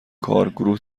کارگروه